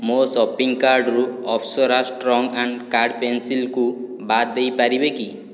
ମୋ ସପିଂ କାର୍ଡ଼ରୁ ଅପସରା ଷ୍ଟ୍ରଙ୍ଗ୍ ଆଣ୍ଡ୍ କାର୍ଡ଼ ପେନ୍ସିଲ୍କୁ ବାଦ୍ ଦେଇପାରିବେ କି